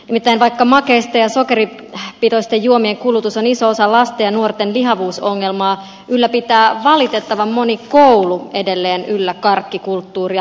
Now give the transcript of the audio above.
nimittäin vaikka makeisten ja sokeripitoisten juomien kulutus on iso osa lasten ja nuorten lihavuusongelmaa pitää valitettavan moni koulu edelleen yllä karkkikulttuuria